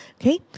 okay